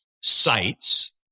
sites